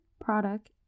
product